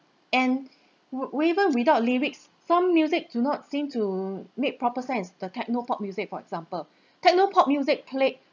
and whether without lyrics some music do not seem to make proper sense the techno pop music for example techno pop music played